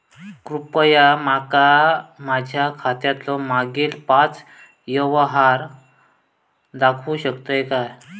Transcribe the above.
कृपया माका माझ्या खात्यातलो मागील पाच यव्हहार दाखवु शकतय काय?